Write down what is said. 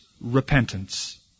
repentance